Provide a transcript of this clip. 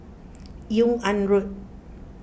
Yung An Road